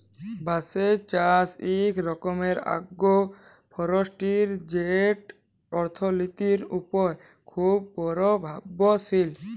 বাঁশের চাষ ইক রকম আগ্রো ফরেস্টিরি যেট অথ্থলিতির উপর খুব পরভাবশালী